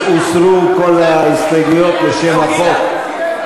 הוסרו כל ההסתייגויות לשם החוק.